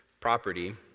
property